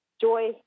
joy